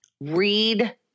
Read